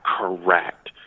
correct